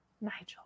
Nigel